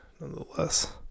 Nonetheless